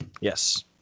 Yes